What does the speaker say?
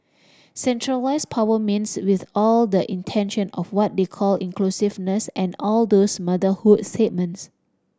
centralised power means with all the intention of what they call inclusiveness and all those motherhood statements